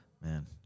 man